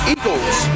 Eagles